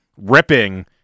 Ripping